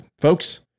folks